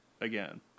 again